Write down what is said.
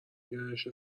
گرایش